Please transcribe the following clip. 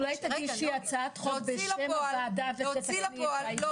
אולי תגישי הצעת חוק בשם הוועדה ותתקני --- לא